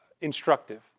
instructive